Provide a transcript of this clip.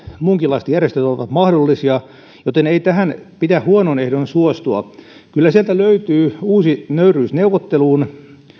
muunkinlaiset järjestelyt ovat mahdollisia joten ei tähän pidä huonoin ehdoin suostua kyllä sieltä löytyy uusi nöyryys neuvotteluun